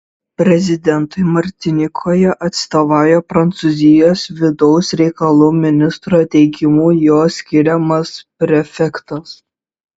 prezidentui martinikoje atstovauja prancūzijos vidaus reikalų ministro teikimu jo skiriamas prefektas